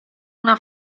una